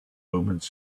omens